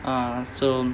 ah so